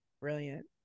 Brilliant